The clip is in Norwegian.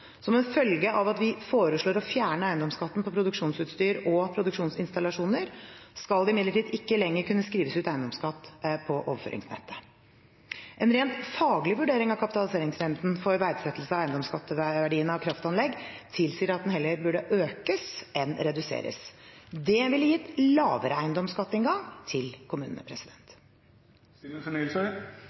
Som en følge av at vi foreslår å fjerne eiendomsskatten på produksjonsutstyr og produksjonsinstallasjoner, skal det imidlertid ikke lenger kunne skrives ut eiendomsskatt på overføringsnettet. En rent faglig vurdering av kapitaliseringsrenten for verdsettelse av eiendomsskatteverdien av kraftanlegg tilsier at den heller burde økes enn reduseres. Det ville gitt lavere eiendomsskatteinngang til kommunene.